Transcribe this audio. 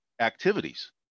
activities